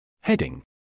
Heading